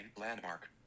landmark